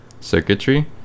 circuitry